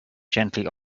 gently